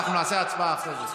נעשה הצבעה אחרי זה.